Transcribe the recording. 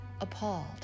appalled